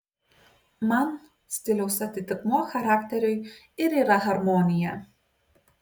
man stiliaus atitikmuo charakteriui ir yra harmonija